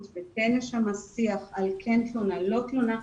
וכן יש שם שיח על כן תלונה/לא תלונה,